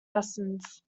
lessons